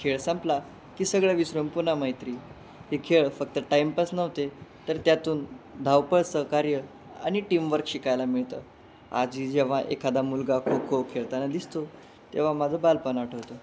खेळ संपला की सगळं विसरून पून्हा मैत्री हे खेळ फक्त टाइमपास नव्हते तर त्यातून धावपळ सहकार्य आणि टीमवर्क शिकायला मिळतं आजही जेव्हा एखादा मुलगा खो खो खेळताना दिसतो तेव्हा माझं बालपण आठवतं